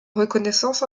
reconnaissance